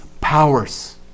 powers